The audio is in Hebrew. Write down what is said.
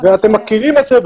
ואתם מכירים את זה,